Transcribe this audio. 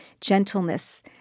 gentleness